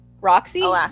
Roxy